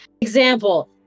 example